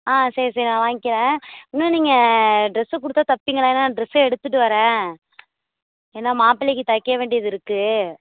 ஆ சரி சரி நான் வாங்கிக்கிறேன் இன்னும் நீங்கள் ட்ரெஸ்ஸு கொடுத்தா தைப்பிங்க தானே ட்ரெஸ்ஸே எடுத்துகிட்டு வரேன் ஏன்னா மாப்பிள்ளைக்கு தைக்க வேண்டியது இருக்கு